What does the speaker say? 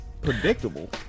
Predictable